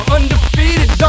Undefeated